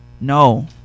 No